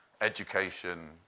education